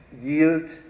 yield